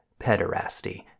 pederasty